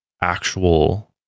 actual